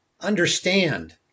understand